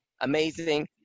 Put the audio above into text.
amazing